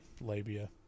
labia